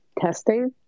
testing